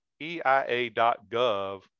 EIA.gov